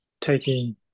taking